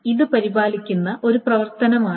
ഇത് പരിപാലിക്കുന്ന ഒരു പ്രവർത്തനമാണ്